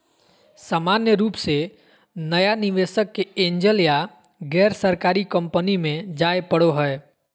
सामान्य रूप से नया निवेशक के एंजल या गैरसरकारी कम्पनी मे जाय पड़ो हय